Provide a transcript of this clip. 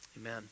amen